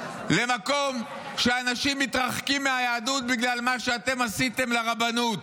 למקום שאנשים מתרחקים מהיהדות בגלל מה שאתם עשיתם לרבנות.